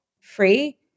free